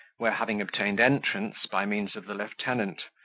where, having obtained entrance by means of the lieutenant,